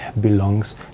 belongs